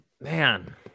man